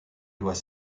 doit